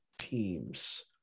teams